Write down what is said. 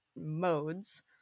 modes